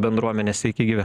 bendruomenės sveiki gyvi